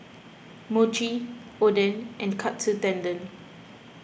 Mochi Oden and Katsu Tendon